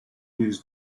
news